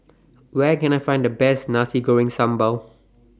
Where Can I Find The Best Nasi Goreng Sambal